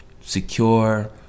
secure